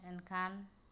ᱮᱱᱠᱷᱟᱱ